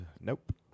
nope